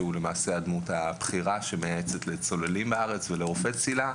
הדמות הבכירה שמייעצת לצוללים בארץ ולרופאי צלילה,